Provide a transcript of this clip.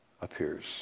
appears